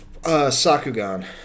Sakugan